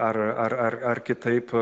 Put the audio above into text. ar ar ar ar kitaip